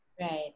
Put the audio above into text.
Right